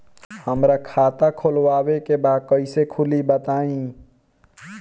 हमरा खाता खोलवावे के बा कइसे खुली बताईं?